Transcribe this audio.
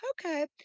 okay